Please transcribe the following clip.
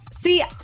See